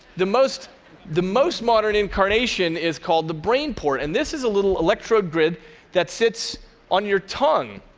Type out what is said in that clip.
the most the most modern incarnation is called the brainport, and this is a little electrogrid that sits on your tongue,